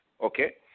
Okay